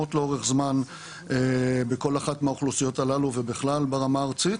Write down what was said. מגמות לאורך זמן בכל אחת מהאוכלוסיות הללו ובכלל ברמה הארצית.